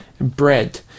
bread